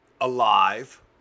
Alive